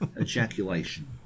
ejaculation